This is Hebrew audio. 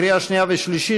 לקריאה שנייה ושלישית,